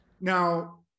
Now